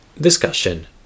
Discussion